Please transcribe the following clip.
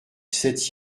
sept